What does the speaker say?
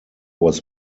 was